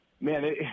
man